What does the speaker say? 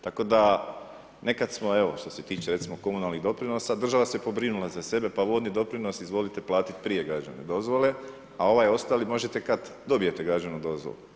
Tako da, nekad smo evo što se tiče recimo komunalnih doprinosa, država se pobrinula za sebe pa vodni doprinos izvolite pratit prije građevne dozvole, a ovaj ostali možete kad dobijete građevnu dozvolu.